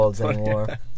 anymore